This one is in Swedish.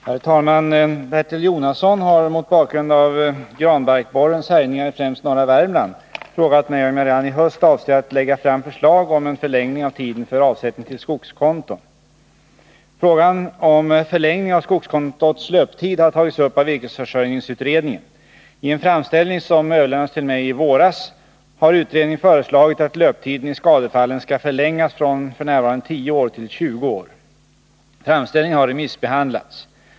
Herr talman! Bertil Jonasson har — mot bakgrund av granbarkborrens härjningar i främst norra Värmland — frågat mig om jag redan i höst avser att lägga fram förslag om en förlängning av tiden för avsättning till skogskonto. Frågan om förlängning av skogskontots löptid har tagits upp av virkesförsörjningsutredningen. I en framställning som överlämnades till mig i våras har utredningen föreslagit att löptiden i skadefallen skall förlängas från f. n. tio år till tjugo år. Framställningen har remissbehandlats.